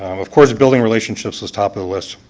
um of course building relationships is top of the list.